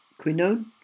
Quinone